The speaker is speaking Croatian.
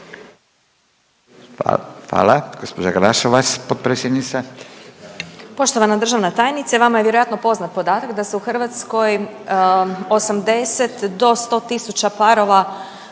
**Glasovac, Sabina (SDP)** Poštovana državna tajnice vama je vjerojatno poznat podatak da se u Hrvatskoj 80 do 100 tisuća parova